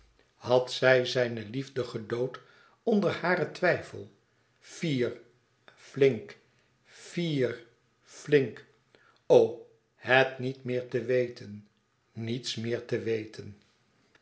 had zij zijne liefde gedood onder haren twijfel fier flink fier flink o het niet meer te weten niets meer te weten